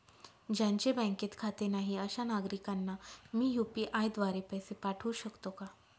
ज्यांचे बँकेत खाते नाही अशा नागरीकांना मी यू.पी.आय द्वारे पैसे पाठवू शकतो का?